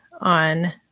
on